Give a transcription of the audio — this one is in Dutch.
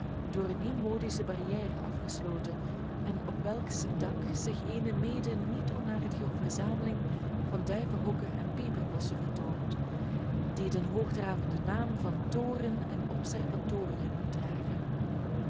door een nieuwmodische barrière afgesloten en op welks dak zich eene mede niet onaardige verzameling van duivenhokken en peperbossen vertoont die den hoogdravenden naam van toren en observatorium dragen